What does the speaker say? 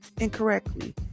incorrectly